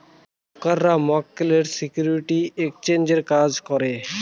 ব্রোকাররা মক্কেলের সিকিউরিটি এক্সচেঞ্জের কাজ করে